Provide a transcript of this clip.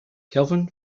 kelvin